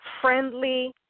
friendly